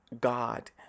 God